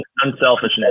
Unselfishness